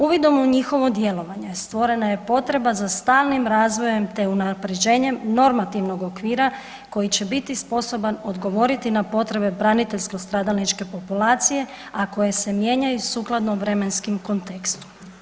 Uvidom u njihovo djelovanje stvorena je potreba za stalnim razvojem te unaprjeđenjem normativnog okvira koji će biti sposoban odgovoriti na potrebe braniteljsko stradalničke populacije a koje se mijenjaju sukladno vremenskom kontekstu.